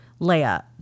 Leia